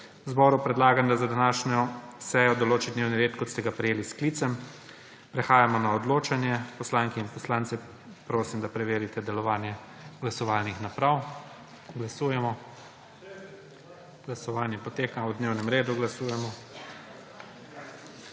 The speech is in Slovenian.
zboru predlagam, da za današnjo sejo določi dnevni red, kot ste ga prejeli s sklicem. Prehajamo na odločanje. Poslanke in poslance prosim, da preverite delovanje glasovalnih naprav. Glasujemo. Navzočih je 73 poslank in poslancev,